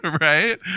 right